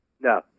no